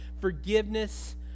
forgiveness